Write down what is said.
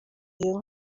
iyo